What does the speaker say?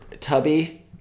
Tubby